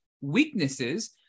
weaknesses